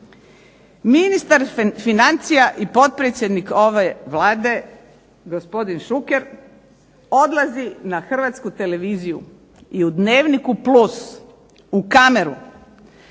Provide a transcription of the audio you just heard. Ministar financija i potpredsjednik ove Vlade gospodin Šuker odlazi na Hrvatsku televiziju i u Dnevniku plus u kameru